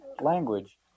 language